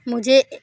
मुझे